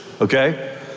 okay